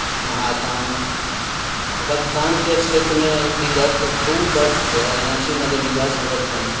महादान रक्तदानके क्षेत्रमे विगत दू वर्षसँ अयाची नगर युवा सङ्गठन